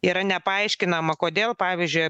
yra nepaaiškinama kodėl pavyzdžiui